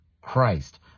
Christ